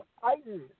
Titan